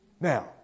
Now